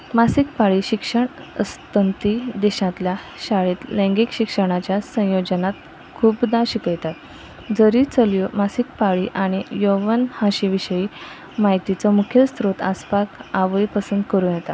मासीक पाळी शिक्षण असतंती देशांतल्या शाळेंत लैंगीक शिक्षणाच्या संयोजनांत खुबदां शिकयतात जरी चलयो मासीक पाळी आनी योवण हाचे विशीं म्हायतीचो मुख्य स्त्रोत आसपाक आवय पसंद करूं येता